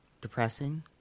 depressing